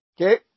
Okay